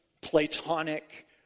platonic